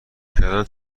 کردن